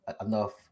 enough